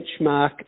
benchmark